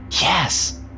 Yes